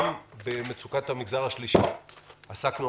עסקנו רבות במצוקת המגזר השלישי והתחושה,